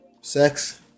sex